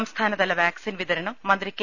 സംസ്ഥാനതല വാക്സിൻ വിതരണം മന്ത്രി കെ